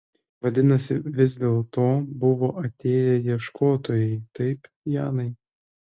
vadinasi vis dėlto buvo atėję ieškotojai taip janai